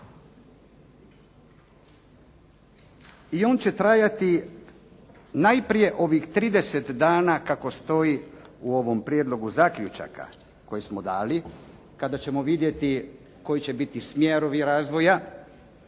i on će trajati najprije ovih 30 dana kako stoji u ovom prijedlogu zaključaka koje smo dali kada ćemo vidjeti koji će biti smjerovi razvoja